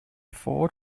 ford